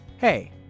Hey